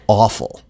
awful